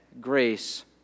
grace